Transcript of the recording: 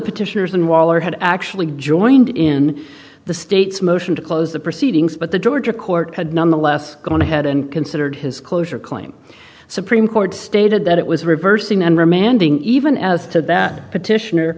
petitioners in waller had actually joined in the state's motion to close the proceedings but the georgia court had nonetheless going ahead and considered his closure claim supreme court stated that it was reversing and remanding even as to that petition